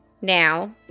now